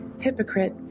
Hypocrite